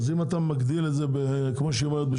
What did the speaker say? אז אם אתה מגדיל את זה כמו שהיא אומרת.